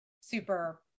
super